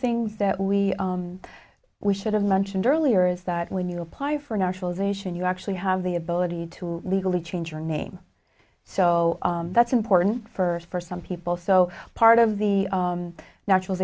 things that we we should have mentioned earlier is that when you apply for naturalization you actually have the ability to legally change your name so that's important first for some people so part of the natural